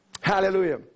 Hallelujah